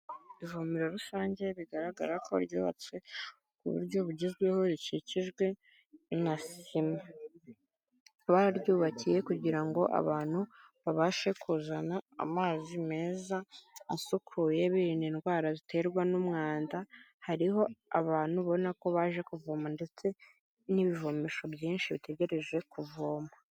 Ivomero rusange bigaragara ko ryubatswe ku buryo bugezweho rikikijwe na sima, bararyubakiye kugira abantu babashe kuzana amazi meza asukuye birinda indwara ziterwa n'umwanda, hariho abantu ubona ko baje kuvoma ndetse n'ibivomesho byinshi bitegereje kuvomwa.